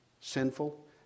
sinful